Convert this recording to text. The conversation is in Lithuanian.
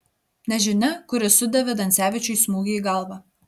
nežinia kuris sudavė dansevičiui smūgį į galvą